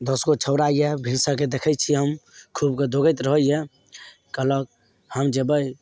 दस गो छौड़ा यऽ भिनसर कऽ देखइ छियै हम खूब कए दौगैत रहइए कहलक हम जेबइ